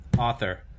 author